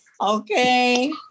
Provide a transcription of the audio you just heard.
Okay